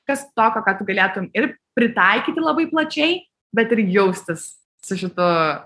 kas tokio ką tu galėtum ir pritaikyti labai plačiai bet ir jaustis su šitu